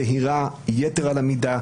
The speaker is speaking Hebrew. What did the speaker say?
זהירה יתר על המידה,